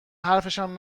حرفشم